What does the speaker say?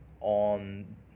on